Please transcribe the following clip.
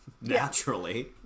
Naturally